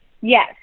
Yes